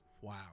wow